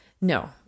No